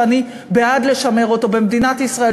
שאני בעד לשמר אותו במדינת ישראל,